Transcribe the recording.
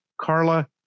Carla